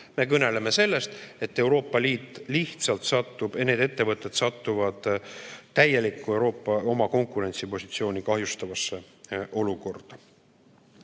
me kõneleme sellest, et Euroopa Liit lihtsalt satub, need ettevõtted satuvad täielikku oma konkurentsipositsiooni kahjustavasse olukorda.